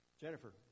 Jennifer